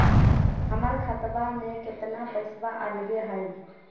हमर खतवा में कितना पैसवा अगले हई?